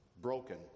broken